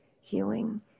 healing